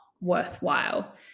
worthwhile